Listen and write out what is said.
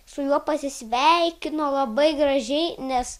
su juo pasisveikino labai gražiai nes